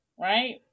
right